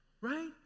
Right